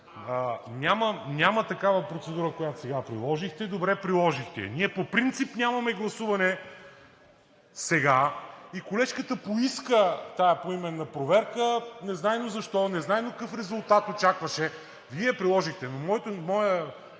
Няма такава процедура, която сега приложихте. Добре, приложихте я. Ние по принцип нямаме гласуване сега и колежката поиска тази поименна проверка – незнайно защо, незнайно какъв резултат очакваше, Вие я приложихте. Моята